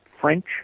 French